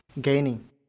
gaining